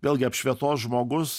vėlgi apšvietos žmogus